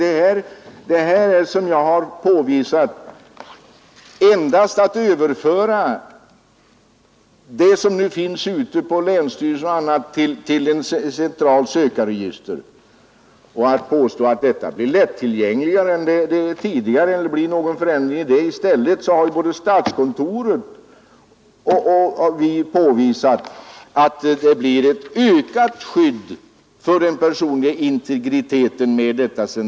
Men den här frågan gäller endast en överföring av det material som nu finns ute på länsstyrelsena och på andra håll till ett centralt sökregister. Man påstår att uppgifterna då blir lättillgängligare än tidigare. Både statskontoret och vi har påvisat att det centrala personregistret tvärtom medför ett ökat skydd för den personliga integriteten.